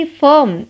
firm